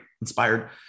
inspired